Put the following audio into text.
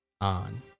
on